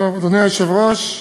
אדוני היושב-ראש,